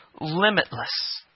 limitless